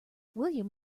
william